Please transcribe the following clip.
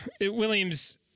Williams